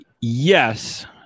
yes